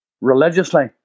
religiously